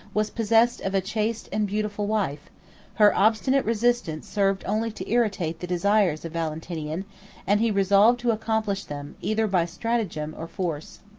was possessed of a chaste and beautiful wife her obstinate resistance served only to irritate the desires of valentinian and he resolved to accomplish them, either by stratagem or force.